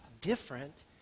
different